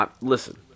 listen